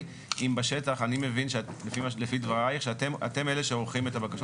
אני מבין לפי דברייך שאתם אלה שעורכים את הבקשות